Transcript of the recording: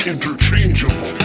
Interchangeable